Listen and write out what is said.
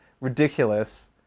ridiculous